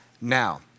now